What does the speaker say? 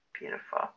beautiful